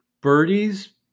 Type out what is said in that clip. birdies